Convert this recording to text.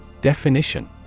Definition